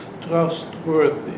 trustworthy